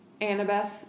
Annabeth